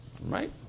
Right